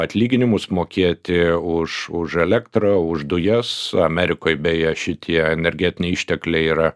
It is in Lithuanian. atlyginimus mokėti už už elektrą už dujas amerikoj beje šitie energetiniai ištekliai yra